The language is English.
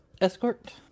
escort